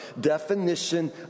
definition